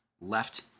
left